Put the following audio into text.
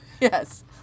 Yes